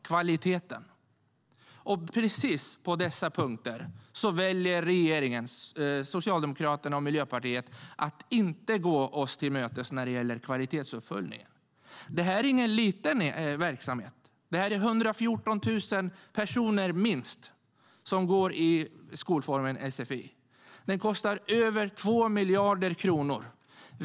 Kvaliteten! Precis på dessa punkter väljer regeringen, alltså Socialdemokraterna och Miljöpartiet, att inte gå oss till mötes när det gäller kvalitetsuppföljningen. Det här är ingen liten verksamhet. Det är minst 114 000 personer som går i skolformen sfi. Den kostar över 2 miljarder kronor.